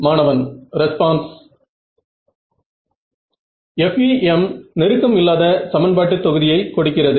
மாணவன் response FEM நெருக்கம் இல்லாத சமன்பாட்டு தொகுதியை கொடுக்கிறது